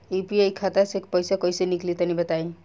UPI खाता से पइसा कइसे निकली तनि बताई?